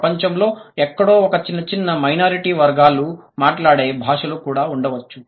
ప్రపంచంలో ఎక్కడో ఒక చిన్న చిన్న మైనారిటీ వర్గాలు మాట్లాడే భాషలు కూడా ఉండవచ్చు